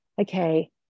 okay